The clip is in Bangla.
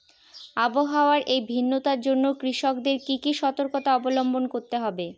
আবহাওয়ার এই ভিন্নতার জন্য কৃষকদের কি কি সর্তকতা অবলম্বন করতে হবে?